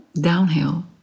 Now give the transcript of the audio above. downhill